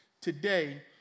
today